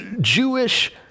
Jewish